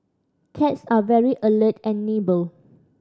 cats are very alert and nimble